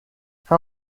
how